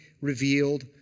revealed